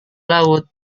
laut